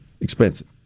expensive